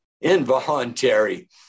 involuntary